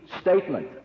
statement